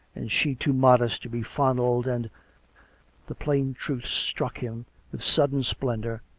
and she too modest to be fondled, and the plain truth struck him with sudden splendour,